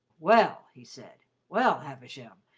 well, he said well, havisham,